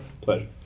Pleasure